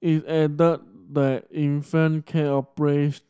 it added that infant care operators